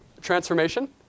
Transformation